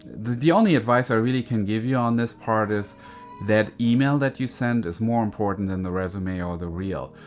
the the only advice i really can give you on this part is that email that you send is more important then and the resume or the reel.